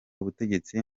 ubutegetsi